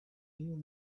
new